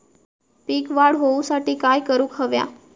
पीक वाढ होऊसाठी काय करूक हव्या?